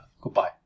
Goodbye